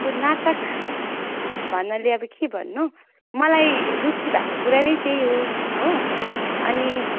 यो नाटक भन्नाले अब के भन्नु मलाई रुचि भएको कुरा नै त्यही हो हो अनि